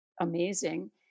amazing